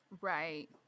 Right